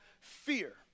Fear